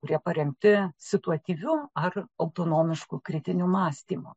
kurie paremti situatyviu ar autonomišku kritiniu mąstymu